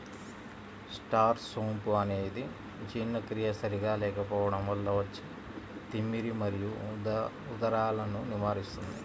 star సోంపు అనేది జీర్ణక్రియ సరిగా లేకపోవడం వల్ల వచ్చే తిమ్మిరి మరియు ఉదరాలను నివారిస్తుంది